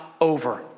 over